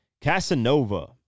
Casanova